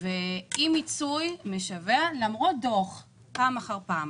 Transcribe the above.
ואי מצוי משווע למרות דוח פעם אחר פעם.